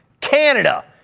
canada,